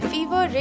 Fever